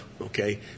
okay